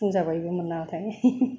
बुंजाबायबोमोन नामाथाय हि हि हि